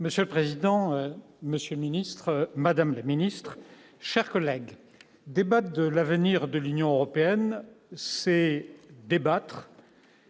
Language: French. Monsieur le président, Monsieur le ministre, Madame la Ministre, chers collègues débattent de l'avenir de l'Union européenne c'est débattre